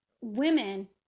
women